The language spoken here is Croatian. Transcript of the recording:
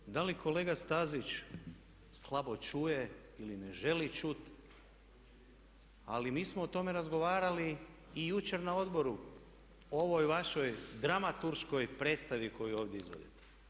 Ja ne znam da li kolega Stazić slabo čuje ili ne želi čut, ali mi smo o tome razgovarali i jučer na odboru o ovoj vašoj dramaturškoj predstavi koju ovdje izvodite.